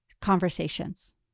conversations